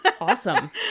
Awesome